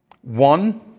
One